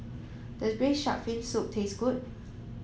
does braised shark fin soup taste good